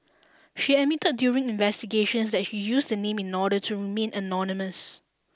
she admitted during investigations that she used the name in order to remain anonymous